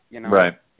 Right